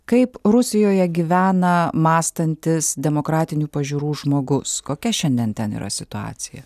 kaip rusijoje gyvena mąstantis demokratinių pažiūrų žmogus kokia šiandien ten yra situacija